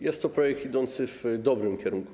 Jest to projekt idący w dobrym kierunku.